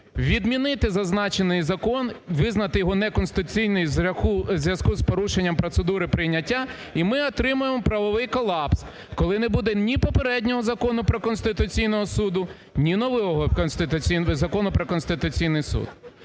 відмінити зазначений закон, визнати його неконституційним в зв'язку з порушенням процедури прийняття, і ми отримаємо правовий колапс, коли не буде ні попереднього Закону про Конституційний Суд, ні нового Закону про Конституційний Суд.